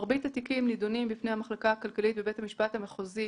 מרבית התיקים נידונים בפני המחלקה הכלכלית בבית המשפט המחוזי